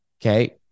okay